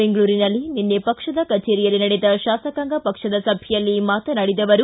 ಬೆಂಗಳೂರಿನಲ್ಲಿ ನಿನ್ನೆ ಪಕ್ಷದ ಕಚೇರಿಯಲ್ಲಿ ನಡೆದ ಶಾಸಕಾಂಗ ಪಕ್ಷದ ಸಭೆಯಲ್ಲಿ ಮಾತನಾಡಿದ ಅವರು